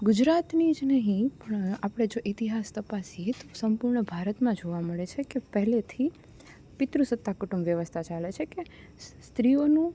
ગુજરાતની જ નહીં પણ આપણે જો ઇતિહાસ તપાસીએ તો સંપૂર્ણ ભારતમાં જોવા મળે છે કે પહેલેથી પિતૃસત્તા કુટુંબ વ્યવસ્થા ચાલે છે કે સ્ત્રીઓનું